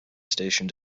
station